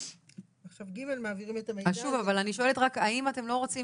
אז שוב, אבל אני שואלת רק האם אתם לא צריך